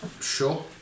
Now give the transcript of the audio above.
sure